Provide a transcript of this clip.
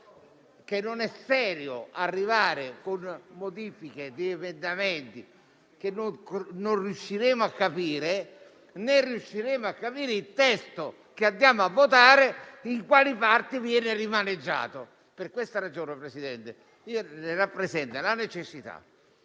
che non è serio arrivare con modifiche di emendamenti che non riusciremo a capire; né riusciremo a capire in quali parti il testo che andiamo a votare viene rimaneggiato. Per questa ragione, signor Presidente, le rappresento la necessità